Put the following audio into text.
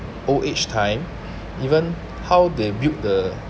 old age time even how they built the